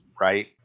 right